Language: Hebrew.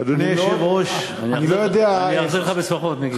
אני אחזיר לך בשמחות, מיקי.